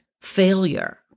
failure